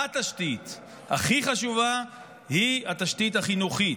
התשתית הכי חשובה היא התשתית החינוכית.